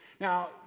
Now